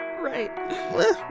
Right